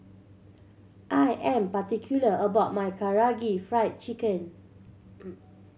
I am particular about my Karaage Fried Chicken